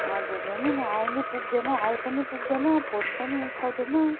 हजुर हेर्नु न आई नै पुग्दैन आई पनि पुग्दैन फोन पनि उठाउँदैन